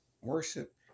worship